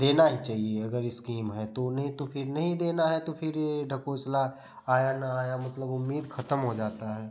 देना ही चहिए अगर इस्कीम है तो नहीं तो फिर नहीं देना है तो फिर ये ढकोसला आया न आया मतलब उम्मीद ख़त्म हो जाता है